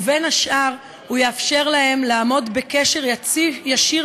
ובין השאר הוא יאפשר להם לעמוד בקשר ישיר